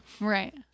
Right